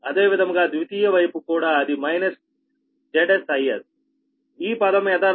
అదే విధముగా ద్వితీయ వైపు కూడా అది - ఈ పదం యదార్ధంగా -